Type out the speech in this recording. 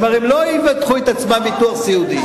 הרי לא יבטחו את עצמם בביטוח סיעודי.